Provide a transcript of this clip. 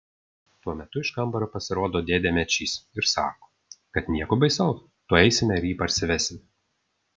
tuo metu iš kambario pasirodo dėdė mečys ir sako kad nieko baisaus tuoj eisime ir jį parsivesime